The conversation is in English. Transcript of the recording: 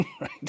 right